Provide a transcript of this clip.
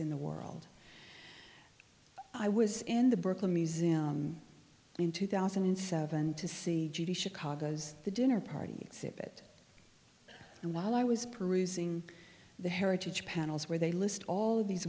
in the world i was in the brooklyn museum in two thousand and seven to see the chicago's the dinner party exhibit and while i was perusing the heritage panels where they list all these